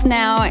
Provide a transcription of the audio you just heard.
now